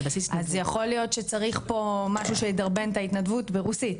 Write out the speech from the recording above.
אז יכול להיות שצריך פה משהו שידרבן את ההתנדבות ברוסית,